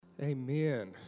Amen